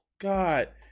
God